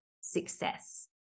success